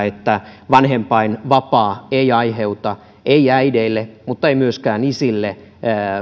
että vanhempainvapaa ei aiheuta ei äideille mutta ei myöskään isille